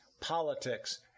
politics